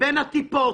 בין הטיפות,